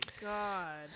god